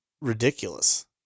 ridiculous